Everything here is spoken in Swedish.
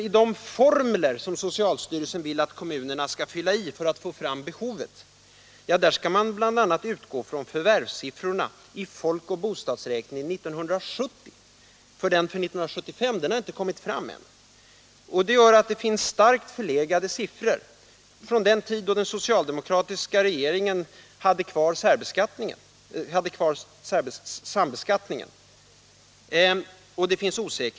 I de formler som socialstyrelsen vill att kommunerna skall använda sig av för att få fram behovet skall man bl.a. utgå från förvärvssiffrorna i folkoch bostadsräkningen 1970. Den för 1975 har ännu inte kommit fram. Det gör att det i prognoserna finns osäkerhet och starkt förlegade siffror från den tid då den socialdemokratiska regeringen hade kvar sambeskattningen.